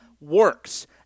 works